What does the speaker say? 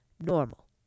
normal